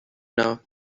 now